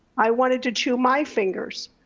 i wanted to chew my fingers.